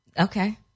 Okay